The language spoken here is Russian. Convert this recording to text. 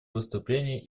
выступление